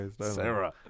Sarah